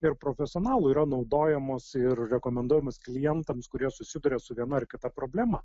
ir profesionalų yra naudojamos ir rekomenduojamus klientams kurie susiduria su viena ar kita problema